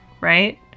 right